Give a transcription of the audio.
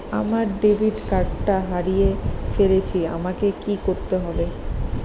আমার ডেবিট কার্ডটা হারিয়ে ফেলেছি আমাকে কি করতে হবে?